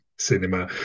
cinema